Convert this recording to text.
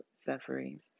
sufferings